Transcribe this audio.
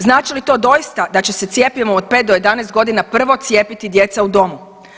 Znači li to doista da će se cjepivom od 5 do 11 godina prvo cijepiti djeca u domu?